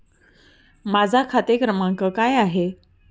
माझा खाते क्रमांक काय आहे?